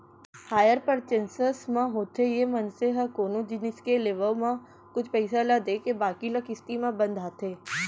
hire purchase म होथे ये मनसे ह कोनो जिनिस के लेवब म कुछ पइसा ल देके बाकी ल किस्ती म बंधाथे